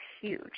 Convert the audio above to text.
huge